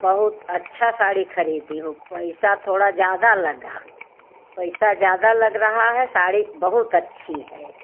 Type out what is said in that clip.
बहुत अच्छा साड़ी खरीदी हूँ पैसा थोड़ा ज्यादा लगा पैसा ज्यादा लग रहा है साड़ी बहुत अच्छी है